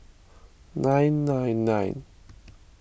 nine nine nine